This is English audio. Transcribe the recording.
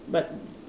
but